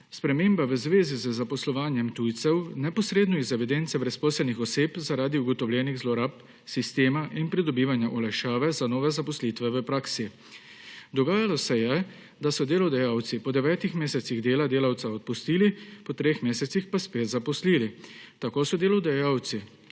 sprememba v zvezi z zaposlovanjem tujcev neposredno iz evidence brezposelnih oseb zaradi ugotovljenih zlorab sistema in pridobivanja olajšave za nove zaposlitve v praksi. Dogajalo se je, da so delodajalci po devetih mesecih dela delavca odpustili, po treh mesecih pa spet zaposlili. Tako so delodajalci,